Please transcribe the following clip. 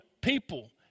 people